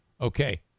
Okay